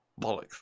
bollocks